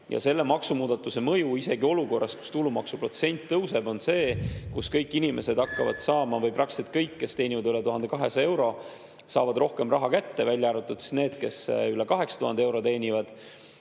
Selle maksumuudatuse mõju, isegi olukorras, kus tulumaksu protsent tõuseb, on see, et kõik inimesed või praktiliselt kõik, kes teenivad üle 1200 euro, hakkavad saama rohkem raha kätte, välja arvatud need, kes üle 8000 euro teenivad.